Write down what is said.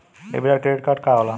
Debit या credit card का होला?